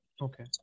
Okay